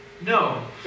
No